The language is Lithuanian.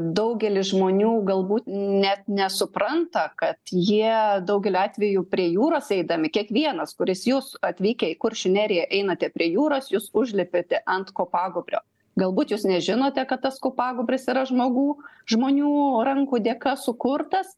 daugelis žmonių galbūt net nesupranta kad jie daugeliu atvejų prie jūros eidami kiekvienas kuris jūs atvykę į kuršių neriją einate prie jūros jūs užlipate ant kopagūbrio galbūt jūs nežinote kad tas kopagūbris yra žmogų žmonių rankų dėka sukurtas